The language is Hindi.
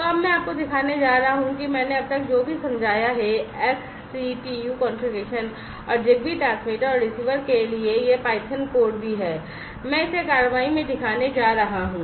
तो अब मैं आपको दिखाने जा रहा हूं कि मैंने अब तक जो भी समझाया है एक्ससीटीयू कॉन्फ़िगरेशन और ZigBee ट्रांसमीटर और रिसीवर के लिए यह python कोड भी है मैं इसे कार्रवाई में दिखाने जा रहा हूं